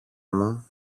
μου